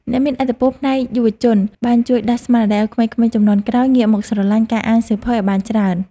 អ្នកមានឥទ្ធិពលផ្នែកយុវជនបានជួយដាស់ស្មារតីឱ្យក្មេងៗជំនាន់ក្រោយងាកមកស្រឡាញ់ការអានសៀវភៅឱ្យបានច្រើន។